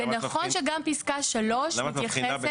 זה נכון שגם פסקה (3) מתייחסת.